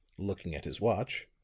looking at his watch,